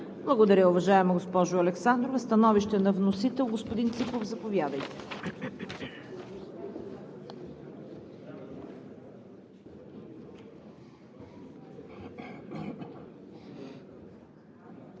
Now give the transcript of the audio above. Благодаря, уважаема госпожо Александрова. Становище на вносител – господин Ципов, заповядайте.